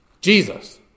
Jesus